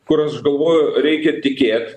kur aš galvoju reikia tikėt